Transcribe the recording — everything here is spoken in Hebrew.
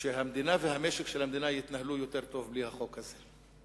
המדינה והמשק של המדינה יתנהלו יותר טוב בלי החוק הזה,